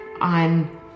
on